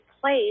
place